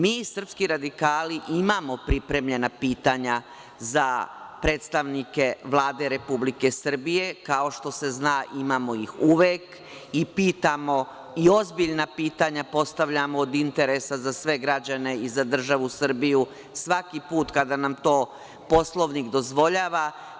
Mi srpski radikali imamo pripremljena pitanja za predstavnike Vlade Republike Srbije, kao što se zna, imamo ih uvek, i pitamo i ozbiljna pitanja postavljamo od interesa za sve građane i za državu Srbiju, svaki put kada nam to Poslovnik dozvoljava.